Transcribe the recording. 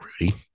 Rudy